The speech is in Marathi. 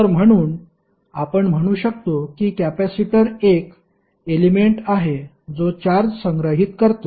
तर म्हणून आपण म्हणू शकतो की कॅपेसिटर एक एलेमेंट आहे जो चार्ज संग्रहित करतो